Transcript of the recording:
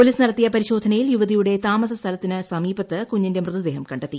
police നടത്തിയ്ക്ക് പരിശോധനയിൽ യുവതിയുടെ താമസസ്ഥലത്തിനു സമീപത്ത് കുഞ്ഞിന്റെ മൃതദേഹം കണ്ടെത്തി